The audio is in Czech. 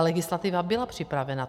Legislativně byla připravena.